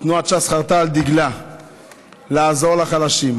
תנועת ש"ס חרטה על דגלה לעזור לחלשים,